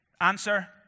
Answer